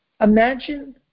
Imagine